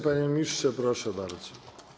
Panie ministrze, proszę bardzo.